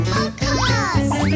Podcast